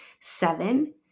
seven